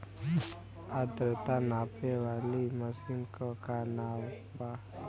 आद्रता नापे वाली मशीन क का नाव बा?